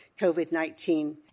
COVID-19